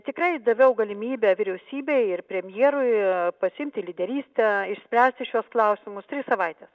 tikrai daviau galimybę vyriausybei ir premjerui pasiimti lyderystę išspręsti šiuos klausimus tris savaites